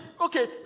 okay